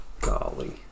Golly